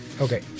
Okay